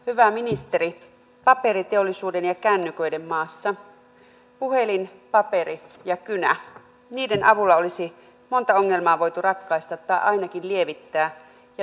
hyvä ministeri paperiteollisuuden ja kännyköiden maassa puhelimen paperin ja kynän avulla olisi monta ongelmaa voitu ratkaista tai ainakin lievittää ja tukia jakaa